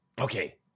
Okay